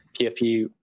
PFP